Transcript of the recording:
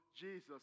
Jesus